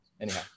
anyhow